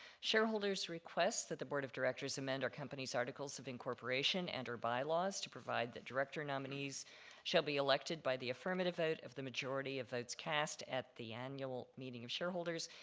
shareholders request that the board of directors amend our company's articles of incorporation and our bylaws to provide that director nominees shall be elected by the affirmative vote of the majority of votes cast at the annual meeting of shareholders.